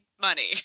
money